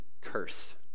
curse